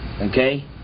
Okay